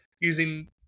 using